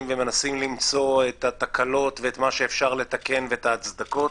ומנסים למצוא את התקנות ואת מה שאפשר לתקן ואת ההצדקות.